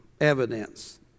evidence